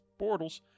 Bortles